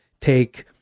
take